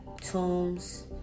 tombs